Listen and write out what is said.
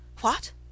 What